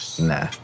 nah